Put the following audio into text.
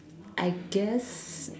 I guess